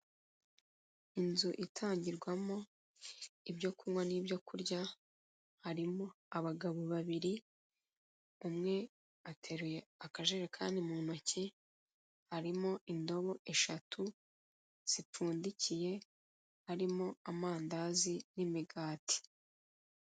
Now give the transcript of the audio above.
Inzu itangirwamo ibyo kunywa n'ibyo kurya, harimo abagabo babiri, umwe ateruye akajerekani mu ntoki, harimo indobo eshatu zipfundikiye harimo amandazi n'imigati.